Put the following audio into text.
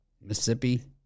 Mississippi